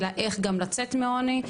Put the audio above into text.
אלא איך גם לצאת מעוני,